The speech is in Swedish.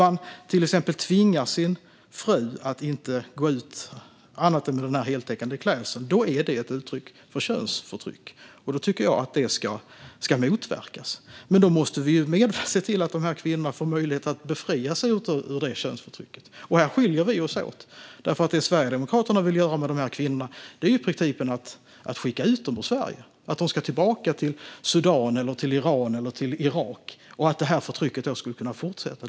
Att till exempel tvinga sin fru att inte gå ut utan den heltäckande klädseln är ett uttryck för könsförtryck. Det tycker jag ska motverkas. Men då måste vi se till att de kvinnorna får möjlighet att befrias från det könsförtrycket. Här skiljer vi oss åt. Det som Sverigedemokraterna vill göra med de kvinnorna är i praktiken att skicka ut dem ur Sverige. De ska tillbaka till Sudan, Iran eller Irak. Där skulle förtrycket kunna fortsätta.